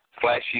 Flashy